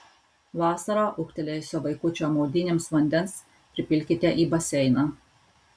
vasarą ūgtelėjusio vaikučio maudynėms vandens pripilkite į baseiną